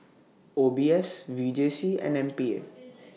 O B S V J C and M P A